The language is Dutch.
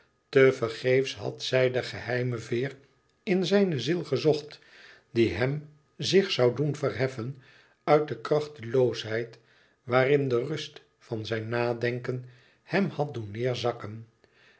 vergeefs had zij de geheime veer in zijne ziel gezocht die hem zich zoû doen verheffen uit de krachteloosheid waarin de rust van zijn nadenken hem had doen